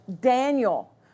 Daniel